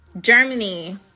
Germany